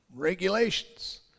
regulations